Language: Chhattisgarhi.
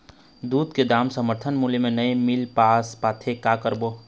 दूध के दाम समर्थन मूल्य म नई मील पास पाथे, का करों?